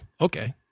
okay